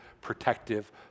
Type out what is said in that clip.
protective